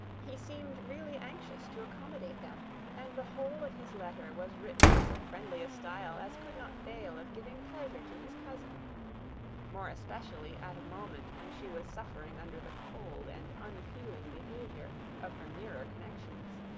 he seemed really anxious to accommodate them and the whole of his letter was written in so friendly a style as could not fail of giving pleasure to his cousin more especially at a moment when she was suffering under the cold and unfeeling behaviour of her nearer connections.